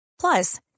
Plus